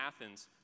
Athens